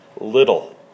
little